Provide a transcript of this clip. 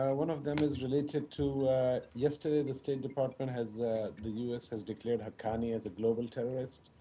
ah one of them is related to yesterday the state department has the u s. has declared haqqani as a global terrorist,